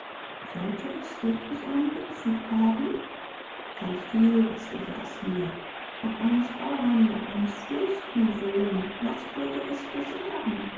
sollte es wirklich einen bezug haben gleichviel was wäre das mir ob eines bauern ob eines fürsten sohn was würde es besagen